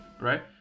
right